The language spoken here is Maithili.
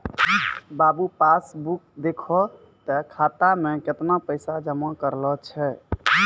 बाबू पास बुक देखहो तें खाता मे कैतना पैसा जमा करलो छै